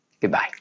Goodbye